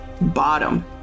bottom